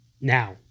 now